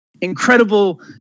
incredible